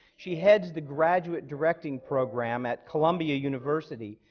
she heads the graduate directing program at columbia university,